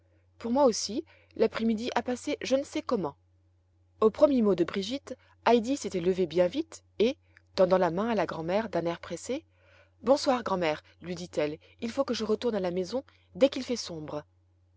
pour moi aussi l'après-midi a passé je ne sais comment aux premiers mots de brigitte heidi s'était levée bien vite et tendant la main à la grand'mère d'un air pressé bonsoir grand'mère lui dit-elle il faut que je retourne à la maison dès qu'il fait sombre